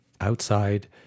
outside